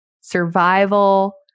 survival